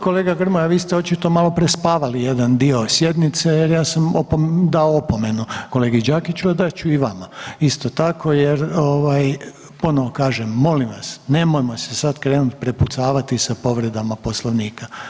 Kolega Grmoja, vi ste očito malo prespavali jedan dio sjednice jer ja sam dao opomenu kolegi Đakiću, a dat ću i vama isto tako jer ponovno kažem molim vas nemojmo se sad krenuti prepucavati sa povredama Poslovnika.